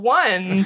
one